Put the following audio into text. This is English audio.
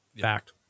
Fact